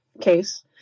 case